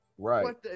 Right